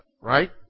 right